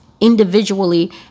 individually